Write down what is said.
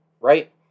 Right